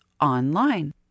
online